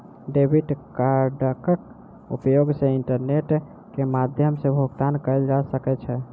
debit कार्डक उपयोग सॅ इंटरनेट के माध्यम सॅ भुगतान कयल जा सकै छै